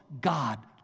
God